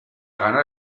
ganar